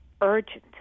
urgent